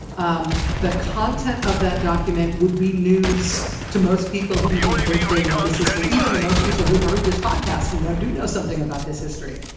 um the content of that document would be news to most people who even think they know this history, even to most people who've heard this podcast and now do know something about this history.